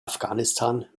afghanistan